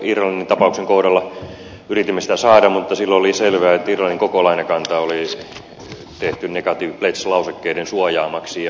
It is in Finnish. irlannin tapauksen kohdalla yritimme niitä saada mutta silloin oli selvää että irlannin koko lainakanta oli tehty negative pledge lausekkeiden suojaamaksi